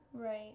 Right